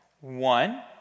one